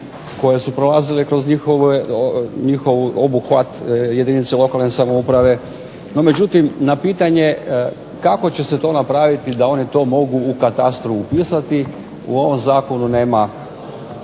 koje su prolazile kroz njihov obuhvat jedinice lokalne samouprave. No međutim, na pitanje kako će se to napraviti da one to mogu u katastru upisati u ovom zakonu nema